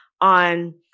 on